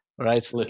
Right